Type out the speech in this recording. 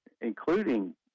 including